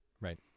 Right